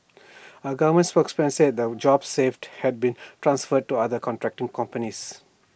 A government spokesman said the jobs saved had been transferred to other contracting companies